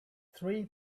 three